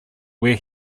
where